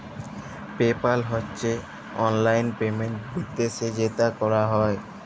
pay পাল হছে অললাইল payment বিদ্যাশে যেট ক্যরা হ্যয়